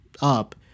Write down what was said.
up